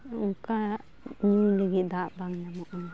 ᱚᱱᱠᱟ ᱧᱩᱭ ᱞᱟᱹᱜᱤᱫ ᱫᱟᱜ ᱵᱟᱝ ᱧᱟᱢᱚᱜᱼᱟ